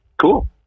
cool